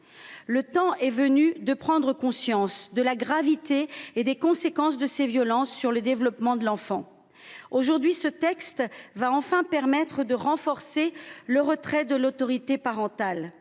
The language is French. Le temps est venu de prendre conscience de la gravité et des conséquences de ces violences sur le développement de l’enfant. Le présent texte va enfin permettre de renforcer la procédure de retrait de l’autorité parentale